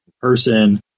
person